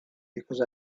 because